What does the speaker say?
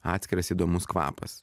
atskiras įdomus kvapas